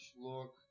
look